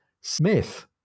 Smith